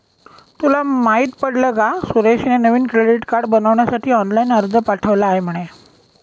तुला माहित पडल का सुरेशने नवीन क्रेडीट कार्ड बनविण्यासाठी ऑनलाइन अर्ज पाठविला आहे म्हणे